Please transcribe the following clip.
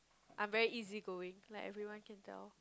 I am very easygoing like everyone can tell